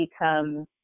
become